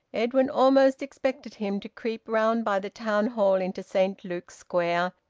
edwin almost expected him to creep round by the town hall into saint luke's square,